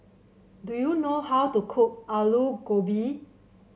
do you know how to cook Aloo Gobi